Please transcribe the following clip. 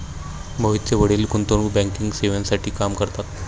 मोहितचे वडील गुंतवणूक बँकिंग सेवांसाठी काम करतात